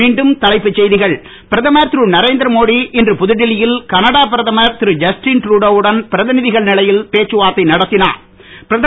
மீண்டும் தலைப்புச் செய்திகள் பிரதமர் திருதரேந்திர மோடி இன்று புதுடில்லி யில் கனடா பிரதமர் திருஜஸ்டின் ட்ருடோ வுடன் பிரதிநிதிகள் நிலையில் பேச்சுவார்த்தை நடத்தினுர்